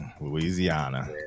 Louisiana